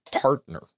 partner